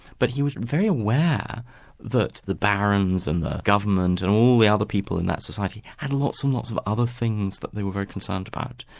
but he was very aware that the barons and the government and all the other people in that society had lots and lots of other things that they were very concerned about,